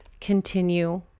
continue